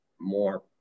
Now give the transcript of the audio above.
more